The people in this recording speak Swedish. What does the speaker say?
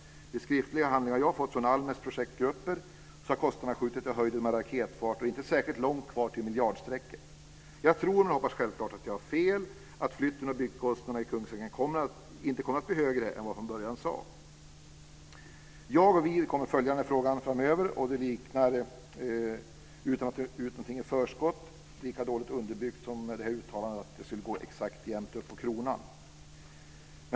De skriftliga handlingar jag har fått från Almnäs projektgrupper visar att kostnaderna där har skjutit i höjden med raketfart och att det inte är särskilt långt kvar till miljardstrecket. Jag tror - men hoppas självklart att jag har fel - att flytten och byggkostnaderna i Kungsängen kommer att bli högre än vad man från början sade. Vi kommer att följa frågan framöver. Utan att ta ut något i förskott verkar den bli lika dåligt underbyggd som uttalandet att budgeten skulle gå ihop exakt på kronan.